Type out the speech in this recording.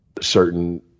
certain